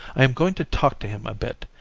i am going to talk to him a bit.